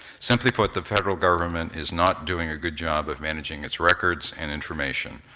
simply put, the federal government is not doing a good job of managing its records and information,